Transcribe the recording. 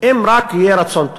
אם רק יהיה רצון טוב.